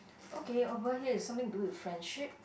okay over here is something to do with friendship